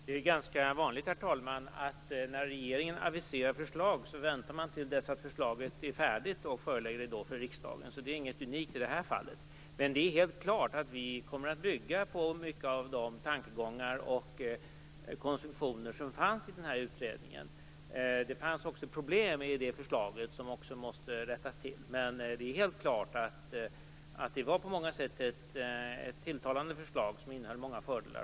Herr talman! Det är ganska vanligt när regeringen aviserar förslag att man väntar till dess förslaget är färdigt och då förelägger det riksdagen. Det är inget unikt i det här fallet. Men det är helt klart att vi kommer att bygga på många av de tankegångar och konstruktioner som fanns i utredningens förslag. Det fanns också problem i det förslaget som måste rättas till. Men det är helt klart att den studiesociala utredningen presenterade ett på många sätt tilltalande förslag, som innehöll många fördelar.